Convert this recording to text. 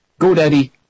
GoDaddy